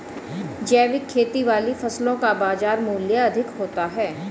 जैविक खेती वाली फसलों का बाजार मूल्य अधिक होता है